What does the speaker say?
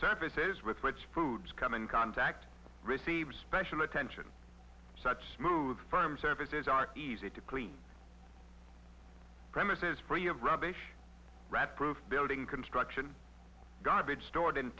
surfaces with which foods come in contact receives special attention such smooth firm surfaces are easy to clean premises free of rubbish rat proof building construction garbage stored in